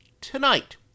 Tonight